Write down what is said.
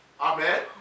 Amen